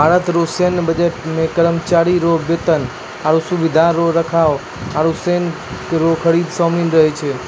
भारत रो सैन्य बजट मे करमचारी रो बेतन, आरो सुबिधा रो रख रखाव आरू सनी रो खरीद सामिल रहै छै